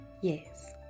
yes